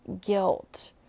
guilt